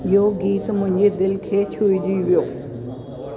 इहो गीत मुंहिंजे दिलि खे छुइजी वियो